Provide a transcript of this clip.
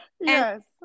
Yes